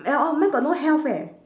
eh oh mine got no health eh